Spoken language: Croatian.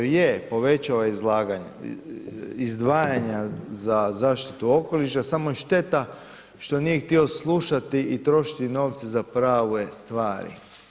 Je povećao je izlaganja, izdvajanja za zaštitu okoliša samo je šteta što nije htio slušati i trošiti novce za prave stvari.